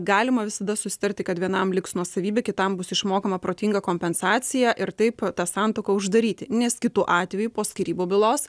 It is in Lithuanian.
galima visada susitarti kad vienam liks nuosavybė kitam bus išmokama protinga kompensacija ir taip tą santuoką uždaryti nes kitu atveju po skyrybų bylos